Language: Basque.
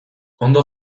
ondo